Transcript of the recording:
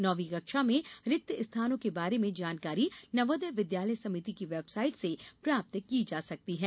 नौवी कक्षा में रिक्त स्थानों के बारे में जानकारी नवोदय विद्यालय समिति की वेबसाइट पर हासिल की जा सकती है